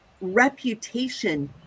reputation